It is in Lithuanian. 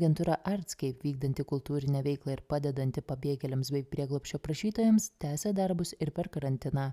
agentūra artscape vykdanti kultūrinę veiklą ir padedanti pabėgėliams bei prieglobsčio prašytojams tęsia darbus ir per karantiną